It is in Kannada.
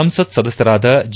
ಸಂಸತ್ ಸದಸ್ಕರಾದ ಜಿ